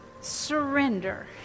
surrender